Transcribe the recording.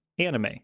anime